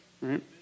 right